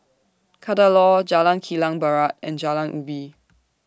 Kadaloor Jalan Kilang Barat and Jalan Ubi